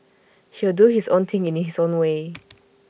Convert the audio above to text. he'll do his own thing in his own way